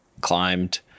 climbed